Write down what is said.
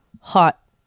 hot